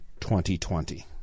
2020